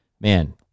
man